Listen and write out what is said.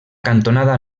cantonada